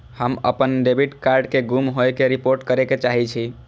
हम अपन debit card के गुम होय के रिपोर्ट करे के चाहि छी